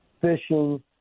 Fishing